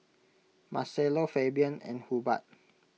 Marcello Fabian and Hubbard